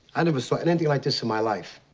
i never saw and anything like this in my life.